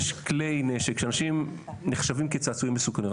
יש כלי נשק שנחשבים כצעצועים מסוכנים,